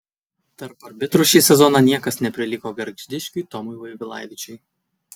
tarp arbitrų šį sezoną niekas neprilygo gargždiškiui tomui vaivilavičiui